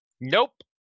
Nope